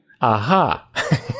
Aha